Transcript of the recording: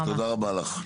לך.